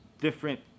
different